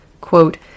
Quote